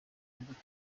modoka